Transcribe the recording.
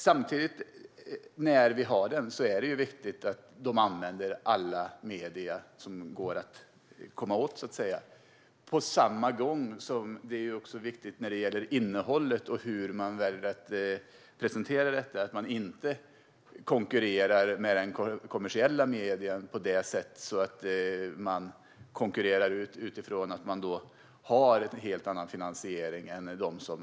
Samtidigt är det viktigt, när vi nu har public service, att de använder alla medier som går att komma åt. Och när det gäller innehållet och hur man väljer att presentera detta är det också viktigt att man inte konkurrerar med kommersiella medier på ett sådant sätt att man konkurrerar ut dem. Man har nämligen en helt annan finansiering än de har.